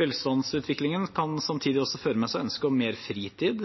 Velstandsutviklingen kan samtidig også føre med seg ønsker om mer fritid,